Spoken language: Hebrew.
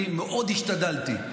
אני מאוד השתדלתי.